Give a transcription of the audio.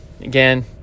again